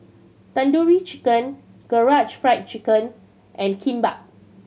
Tandoori Chicken Karaage Fried Chicken and Kimbap